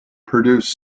produce